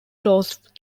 close